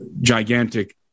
gigantic